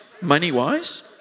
money-wise